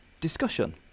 discussion